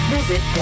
Visit